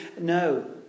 No